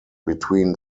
between